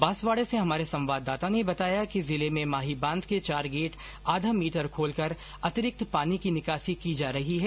बांसवाड़ा से हमारे संवाददाता ने बताया कि जिले में माही बांध के चार गेट आधा मीटर खोलकर अतिरिक्त पानी की निकासी की जा रही है